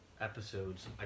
episodes